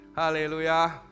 Hallelujah